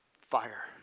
fire